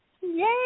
Yay